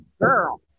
Girl